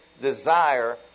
desire